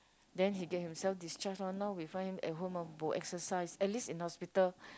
then he get himself discharge lor now we find him bo exercise at least in hospital